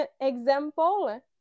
example